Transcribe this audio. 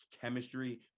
chemistry